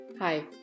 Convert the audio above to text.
Hi